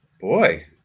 boy